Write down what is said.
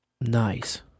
Nice